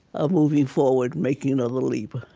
of moving forward, making a little leap